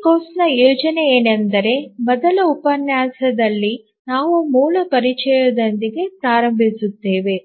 ಈ ಕೋರ್ಸ್ನ ಪಠ್ಯಕ್ರಮದ ಯೋಜನೆ ಏನೆಂದರೆ ಮೊದಲ ಉಪನ್ಯಾಸದಲ್ಲಿ ನಾವು ಮೂಲ ಪರಿಚಯದೊಂದಿಗೆ ಪ್ರಾರಂಭಿಸುತ್ತೇವೆ